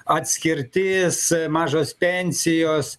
atskirtis mažos pensijos